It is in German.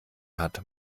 hat